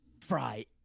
fry